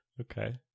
Okay